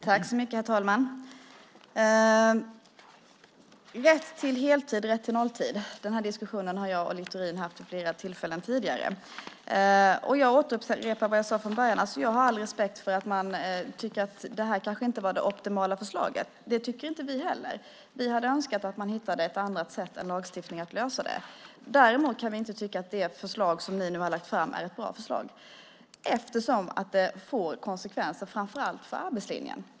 Herr talman! Diskussionen om rätt till heltid eller rätt till nolltid har Littorin och jag haft vid flera tidigare tillfällen. Jag upprepar vad jag sade från början, nämligen att jag har all respekt för att man tycker att det kanske inte var det optimala förslaget. Det tycker inte vi heller. Vi hade önskat att vi hittat ett annat sätt än lagstiftning att lösa det på. Däremot kan vi inte tycka att det förslag som regeringen nu lagt fram är ett bra förslag eftersom det får konsekvenser framför allt för arbetslinjen.